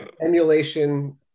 emulation